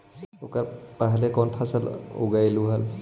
एकड़ पहले कौन फसल उगएलू हा?